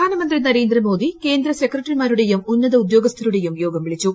പ്രധാനമന്ത്രി നരേന്ദ്രമോദി കേന്ദ്ര സെക്രട്ടറിമാരുടെയും ഉന്നത ഉദ്യോഗസ്ഥരുടെയും യോഗം വിളിച്ചു